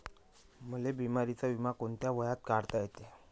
मले बिमारीचा बिमा कोंत्या वयात काढता येते?